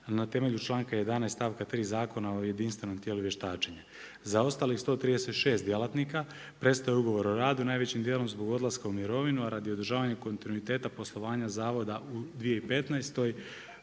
na temelju članka 11. stavka 3. Zakona o jedinstvenom tijelu vještačenja. Za ostalih 136 djelatnika prestaje ugovor o radu, najvećim dijelom zbog odlaska u mirovinu a radi održavanja kontinuiteta poslovanja zavoda u 2015.